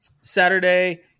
Saturday